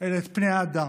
אלא את פני האדם,